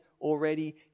already